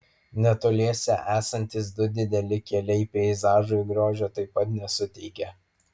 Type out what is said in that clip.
netoliese esantys du dideli keliai peizažui grožio taip pat nesuteikia